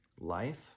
Life